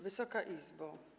Wysoka Izbo!